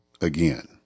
again